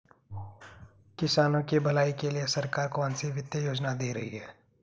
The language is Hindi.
किसानों की भलाई के लिए सरकार कौनसी वित्तीय योजना दे रही है?